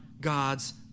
God's